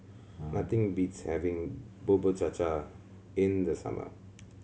nothing beats having Bubur Cha Cha in the summer